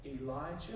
Elijah